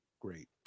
great